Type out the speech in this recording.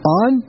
on